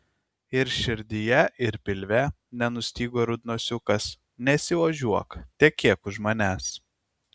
ir širdyje ir pilve nenustygo rudnosiukas nesiožiuok tekėk už manęs